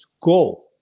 go